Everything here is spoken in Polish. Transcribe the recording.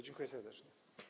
Dziękuję serdecznie.